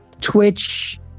Twitch